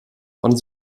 von